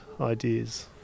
ideas